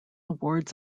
awards